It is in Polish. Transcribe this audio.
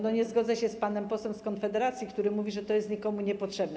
Nie zgodzę się z panem posłem z Konfederacji, który mówi, że to jest nikomu niepotrzebne.